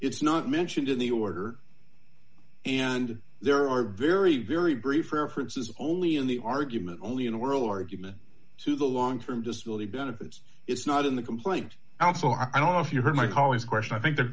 it's not mentioned in the order and there are very very brief air france is only in the argument only an oral argument to the long term disability benefits it's not in the complaint also i don't know if you heard my colleagues question i think the